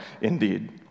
indeed